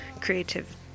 creative